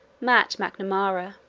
matt. macnamara.